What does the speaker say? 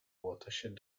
watershed